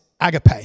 agape